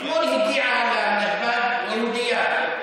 אתמול הגיעה לנתב"ג יהודייה,